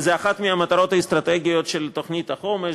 וזאת אחת מהמטרות האסטרטגיות של תוכנית החומש,